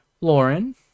Lauren